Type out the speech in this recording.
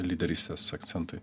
lyderystės akcentai